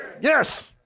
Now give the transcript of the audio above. Yes